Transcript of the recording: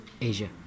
Asia